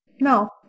Now